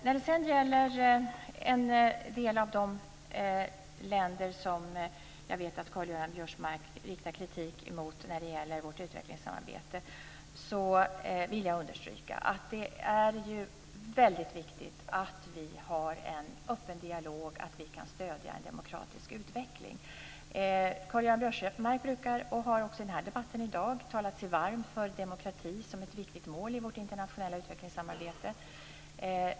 När det sedan gäller en del av de länder som jag vet att Karl-Göran Biörsmark riktar kritik mot i fråga om vårt utvecklingssamarbete vill jag understryka att det är väldigt viktigt att vi har en öppen dialog och att vi kan stödja en demokratisk utveckling. Karl-Göran Biörsmark brukar, och har också gjort det i debatten i dag, tala sig varm för demokratin som ett viktigt mål i vårt internationella utvecklingssamarbete.